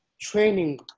training